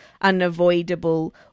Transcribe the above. unavoidable